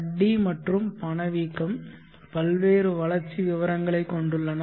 வட்டி மற்றும் பணவீக்கம் பல்வேறு வளர்ச்சி விவரங்களைக் கொண்டுள்ளன